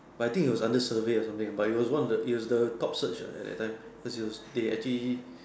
but I think it was under survey or something but it was one of the it was the top searched uh at the time cause it was they actually